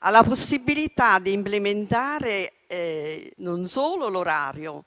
alla possibilità non solo di implementare l'orario